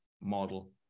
model